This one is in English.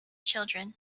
children